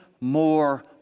more